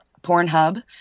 Pornhub